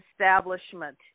establishment